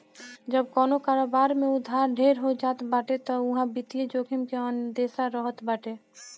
जब कवनो कारोबार में उधार ढेर हो जात बाटे तअ उहा वित्तीय जोखिम के अंदेसा रहत बाटे